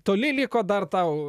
toli liko dar tau